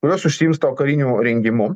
kurios užsiims tuo kariniu rengimu